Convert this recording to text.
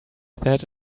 that